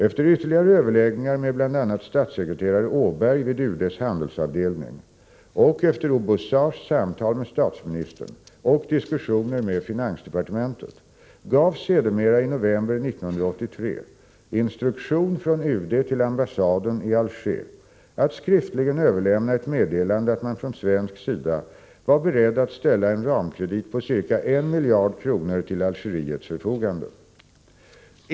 Efter ytterligare överläggningar med bl.a. statssekreterare Åberg vid UD:s handelsavdelning och efter Oubouzars samtal med statsministern och diskussioner med finansdepartementet gavs sedermera i november 1983 instruktion från UD till ambassaden i Alger att skriftligen överlämna ett meddelande att man från svensk sida var beredd att ställa en ramkredit på ca 1 miljard kronor till Algeriets förfogande.